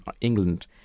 England